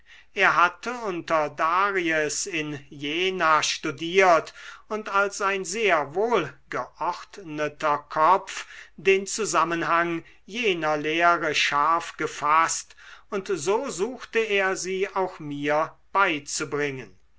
er hatte unter daries in jena studiert und als ein sehr wohlgeordneter kopf den zusammenhang jener lehre scharf gefaßt und so suchte er sie auch mir beizubringen